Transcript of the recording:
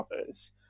others